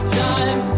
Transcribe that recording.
time